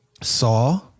saw